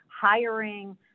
hiring